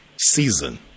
season